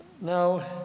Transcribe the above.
Now